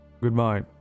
Goodbye